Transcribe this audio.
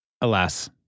alas